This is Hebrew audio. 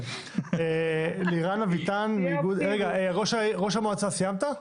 ראש המועצה סיימת?